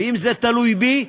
ואם זה תלוי בי,